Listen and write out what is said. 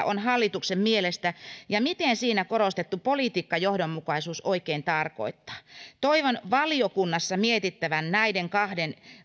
on hallituksen mielestä ja mitä siinä korostettu politiikkajohdonmukaisuus oikein tarkoittaa toivon valiokunnassa mietittävän näiden kahden